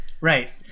Right